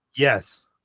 Yes